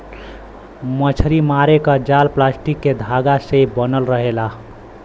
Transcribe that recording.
मछरी मारे क जाल प्लास्टिक के धागा से बनल रहेला